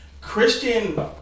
Christian